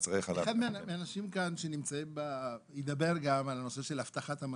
אחד מהאנשים שנמצאים כאן ידבר גם על הנושא של הבטחת המזון.